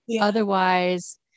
otherwise